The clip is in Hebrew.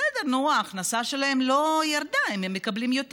בסדר, ההכנסה שלהם לא ירדה, הם מקבלים יותר.